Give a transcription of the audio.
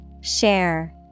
Share